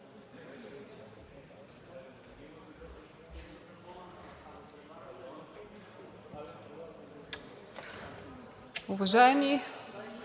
Уважаеми